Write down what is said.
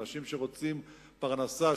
אנשים שרוצים פרנסה,